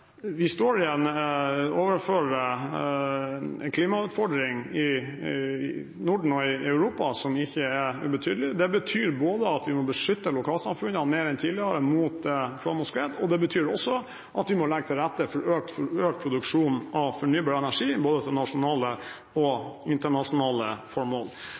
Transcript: vi står overfor en klimautfordring i Norden og Europa som ikke er ubetydelig. Det betyr både at vi må beskytte lokalsamfunnene mer enn tidligere mot flom og skred, og at vi må legge til rette for økt produksjon av fornybar energi for både nasjonale og internasjonale formål.